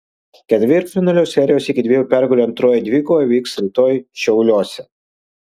ketvirtfinalio serijos iki dviejų pergalių antroji dvikova vyks rytoj šiauliuose